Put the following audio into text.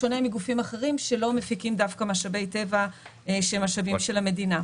בשונה מגופים אחרים שלא מפיקים דווקא משאבי טבע שהם משאבים של המדינה.